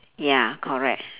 ya correct